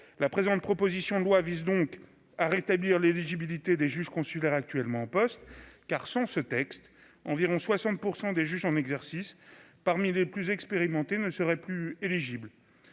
La présente proposition de loi vise donc à rétablir l'éligibilité des juges consulaires actuellement en poste. Car sans ce texte, environ 60 % des juges en exercice parmi les plus expérimentés ne seraient plus éligibles.